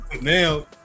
now